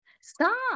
Stop